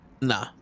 Nah